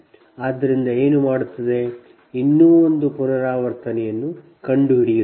ಆದ್ದರಿಂದ ಏನು ಮಾಡುತ್ತದೆ ಇನ್ನೂ ಒಂದು ಪುನರಾವರ್ತನೆಯನ್ನು ಕಂಡುಹಿಡಿಯುತ್ತದೆ